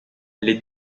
les